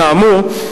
כאמור,